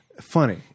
funny